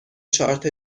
چارت